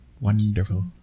Wonderful